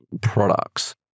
products